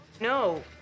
no